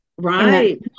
Right